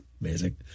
Amazing